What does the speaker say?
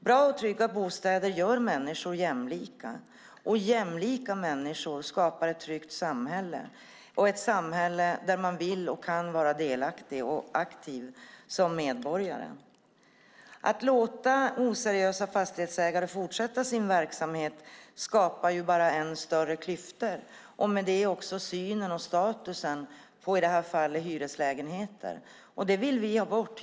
Bra och trygga bostäder gör människor jämlika, och jämlika människor skapar ett tryggt samhälle, ett samhälle där man vill och kan vara delaktig och aktiv som medborgare. Att låta oseriösa fastighetsägare fortsätta sin verksamhet skapar bara än större klyftor och försämrar med det också synen på i det här fallet hyreslägenheter och deras status. Det vill vi ha bort.